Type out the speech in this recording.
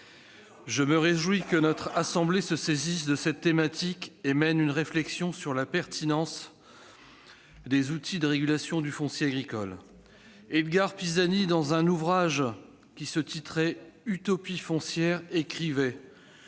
Je me réjouis que notre assemblée se saisisse de cette thématique et mène une réflexion sur la pertinence des outils de régulation du foncier agricole. Dans un ouvrage intitulé, Edgard Pisani écrivait